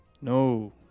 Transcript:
No